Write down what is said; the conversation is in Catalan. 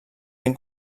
ben